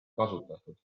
kasutatud